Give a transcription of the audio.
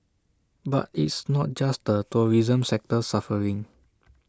but it's not just the tourism sector suffering